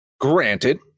Granted